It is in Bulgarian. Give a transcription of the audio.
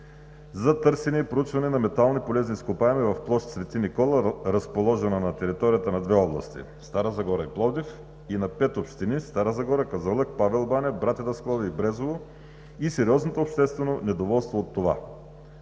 за търсене и проучване на метални полезни изкопаеми в площ „Свети Никола“, разположена на територията на две области – Стара Загора и Пловдив, и на пет общини – Стара Загора, Казанлък, Павел баня, Братя Даскалови и Брезово, и сериозното обществено недоволство от това.